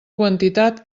quantitat